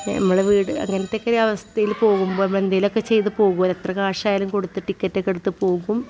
നമ്മളെ വീട് അങ്ങനത്തെ ഒക്കെ ഒരവസ്ഥയിൽ പോകുമ്പോൾ എന്തെങ്കിലുമൊക്കെ ചെയ്ത് പോകുമല്ലോ എത്ര കാശായാലും കൊടുത്ത് ടിക്കറ്റ് ഒക്കെ എടുത്ത് പോകും